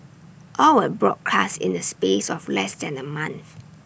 all were broadcast in the space of less than A month